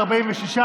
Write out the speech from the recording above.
46,